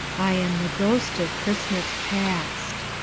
i am the ghost of christmas past.